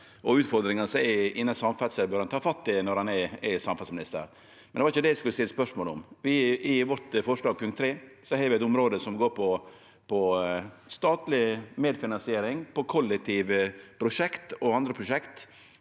utfordringane som er innan samferdsel bør ein ta fatt i når ein er samferdselsminister. Men det var ikkje det eg skulle stille spørsmål om. I vårt forslag punkt tre har vi eit område som går på statleg medfinansiering av kollektivprosjekt og andre prosjekt,